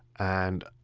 and